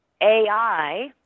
AI